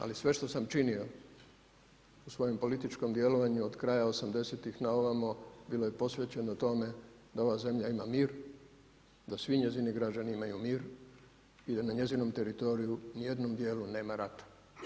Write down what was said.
Ali sve što sam činio u svojem političkom djelovanju od kraja '80.-ih na ovamo bilo je posvećeno tome da ova zemlja ima mir, da svi njezini građani imaju mir i da na njezinom teritoriju u nijednom dijelu nama rata.